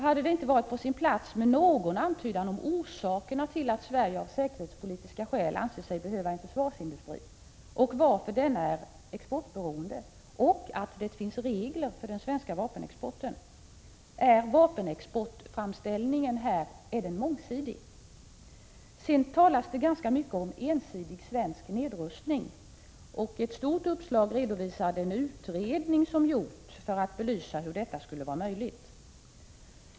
Hade det inte varit på sin plats med någon antydan om orsakerna till att Sverige av säkerhetspolitiska skäl anser sig behöva en försvarsindustri, någon antydan om varför den är exportberoende samt att det finns vissa regler för den svenska vapenexporten? Är vapenexportframställningen i broschyren mångsidig? Det talas ganska mycket om ensidig svensk nedrustning. I ett stort uppslag redovisas den utredning som har gjorts för att belysa hur detta skulle vara möjligt.